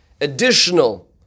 additional